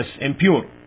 impure